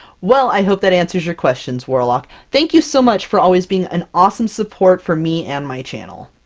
well, i hope that answers your questions warlock! thank you so much for always being an awesome support for me and my channel!